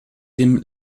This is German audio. dem